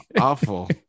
Awful